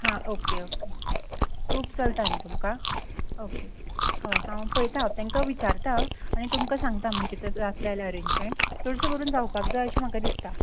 हां okay okay तूप चलता न्ही तुमकां ओके हय हांव पळयतां हांव तांकां विचारता आनी तुमकां सांगता म्हणजे जातले जाल्यार अरेंजमेंट चडशें करून जावपाक जाय अशें म्हाका दिसता